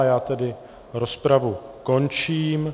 Já tedy rozpravu končím.